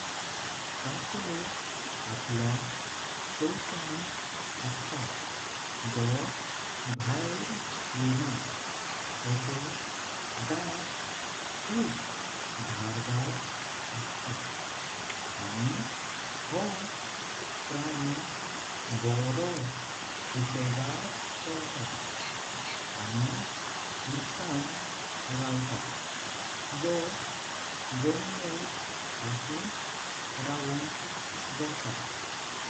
कसाव आपल्या कवचां असता जो बाहेर येण तेचे दात खूप धारदार असता। आनी हॊ प्राणी बरो सुसगात चालता आनी उदकां रवता जो जमनार पासून रवोंक जाता।